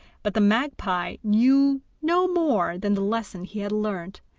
but the magpie knew no more than the lesson he had learnt,